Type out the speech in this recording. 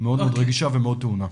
רגישה ומאוד טעונה.